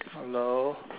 hello